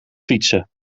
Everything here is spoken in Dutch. fietsen